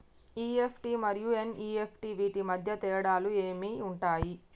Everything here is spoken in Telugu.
ఇ.ఎఫ్.టి మరియు ఎన్.ఇ.ఎఫ్.టి వీటి మధ్య తేడాలు ఏమి ఉంటాయి?